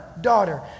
daughter